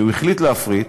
הוא החליט להפריט,